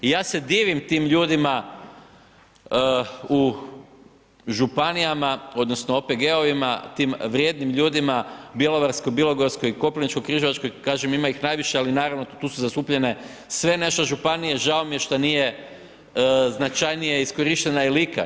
I ja se divim tim ljudima, u županijama odnosno, u OPG-ovima, tim vrijednim ljudima, Bjelovarsko bilogorske i Koprivničko križevačke, kažem ima ih najviše, ali naravno tu su zastupljene sve … županije, žao mi je što nije značajnija iskorištena i Lika.